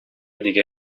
دیگه